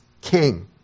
king